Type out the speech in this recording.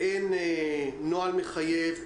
אין נוהל מחייב,